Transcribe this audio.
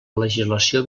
legislació